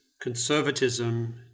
conservatism